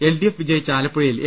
L D F വിജ യിച്ച ആലപ്പുഴയിൽ എ